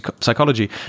psychology